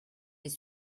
des